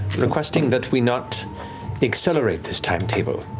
requesting that we not accelerate this timetable,